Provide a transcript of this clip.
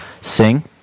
Sing